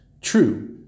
True